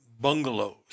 bungalows